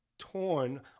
Torn